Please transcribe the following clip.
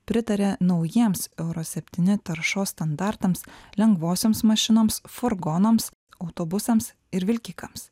pritarė naujiems euro septyni taršos standartams lengvosioms mašinoms furgonams autobusams ir vilkikams